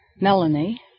Melanie